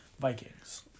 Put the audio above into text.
Vikings